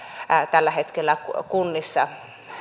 tällä hetkellä kunnissa